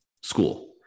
school